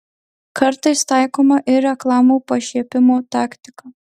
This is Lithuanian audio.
kartais taikoma ir reklamų pašiepimo taktika